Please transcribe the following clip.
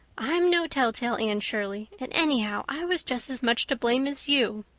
i'm no telltale, anne shirley, and anyhow i was just as much to blame as you.